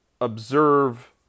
observe